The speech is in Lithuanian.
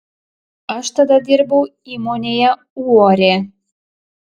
aš tada dirbau įmonėje uorė